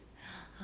ha